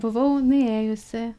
buvau nuėjusi